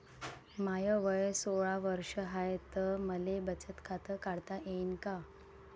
माय वय सोळा वर्ष हाय त मले बचत खात काढता येईन का?